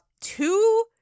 Two